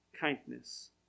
Kindness